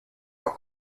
los